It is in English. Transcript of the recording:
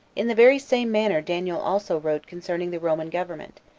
in the very same manner daniel also wrote concerning the roman government,